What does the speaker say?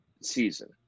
season